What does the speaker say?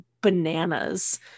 bananas